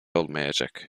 olmayacak